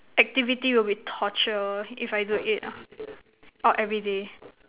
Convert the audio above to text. activity would be torture if I do it ah orh everyday